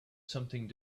something